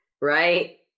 right